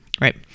Right